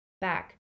back